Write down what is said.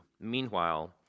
Meanwhile